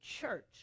church